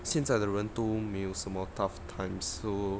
现在的人都没有什么 tough times so